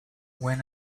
when